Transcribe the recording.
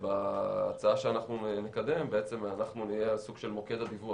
כשבהצעה שאנחנו נקדם, נהיה סוג של מוקד הדיווח.